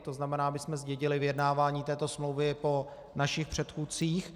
To znamená, my jsme zdědili vyjednávání této smlouvy po našich předchůdcích.